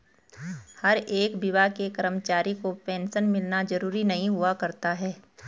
हर एक विभाग के कर्मचारी को पेन्शन मिलना जरूरी नहीं हुआ करता है